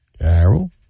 Carol